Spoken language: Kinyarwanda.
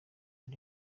ari